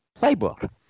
playbook